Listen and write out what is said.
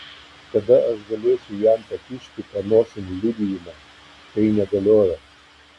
tada aš galėsiu jam pakišti panosėn liudijimą tai negalioja